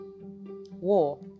war